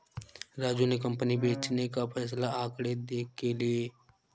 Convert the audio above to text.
राजू ने कंपनी बेचने का फैसला आंकड़े देख के लिए